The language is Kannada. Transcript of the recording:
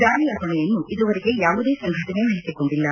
ದಾಳಿಯ ಹೊಣೆಯನ್ನು ಇದುವರೆಗೆ ಯಾವುದೇ ಸಂಘಟನೆ ವಹಿಸಿಕೊಂಡಿಲ್ಲ